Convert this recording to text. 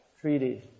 treaty